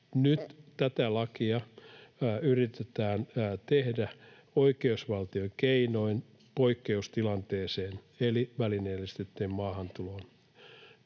Nyt tätä lakia yritetään tehdä oikeusvaltion keinoin poikkeustilanteeseen eli välineellistettyyn maahantuloon